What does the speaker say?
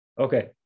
Okay